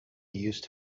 used